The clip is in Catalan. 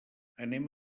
anem